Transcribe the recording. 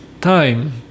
time